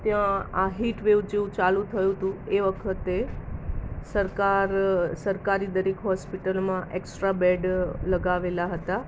ત્યાં આ હિટવેવ જેવું ચાલું થયું હતું એ વખતે સરકાર સરકારી દરેક હોસ્પિટલમાં એકસ્ટ્રા બેડ લગાવેલા હતા